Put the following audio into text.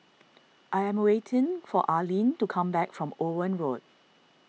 I am waiting for Arlyne to come back from Owen Road